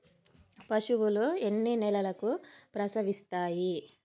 పశువులు ఎన్ని నెలలకు ప్రసవిస్తాయి?